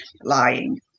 lying